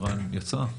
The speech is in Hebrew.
ערן יצא,